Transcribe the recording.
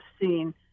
seen